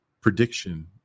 prediction